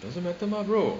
doesn't matter mah bro